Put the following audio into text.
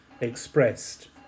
expressed